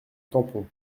tampon